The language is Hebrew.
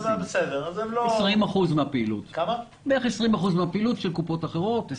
בערך 20%, 25% מן הפעילות של קופות אחרות.